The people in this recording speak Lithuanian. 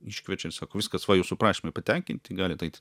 iškviečia sako viskas va jūsų prašymai patenkinti galit eit